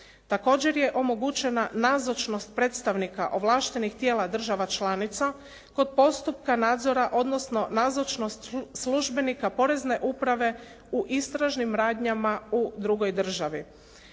Također je omogućena nazočnost predstavnika ovlaštenih tijela država članica kod postupka nadzora, odnosno nazočnost službenika porezne uprave u istražnim radnjama u drugoj državi.